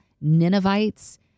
Ninevites